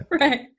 Right